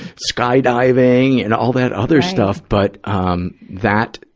skydiving and all that other stuff. but, um, that,